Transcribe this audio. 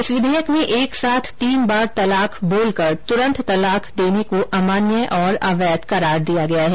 इस विधेयक में एक साथ तीन बार तलाक बोलकर त्रंत तलाक देने को अमान्य और अवैध करार दिया गया है